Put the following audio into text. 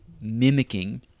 mimicking